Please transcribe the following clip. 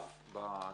בוקר טוב,